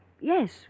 Yes